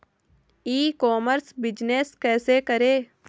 ई commerce business कैसे करें?